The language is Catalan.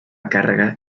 càrrega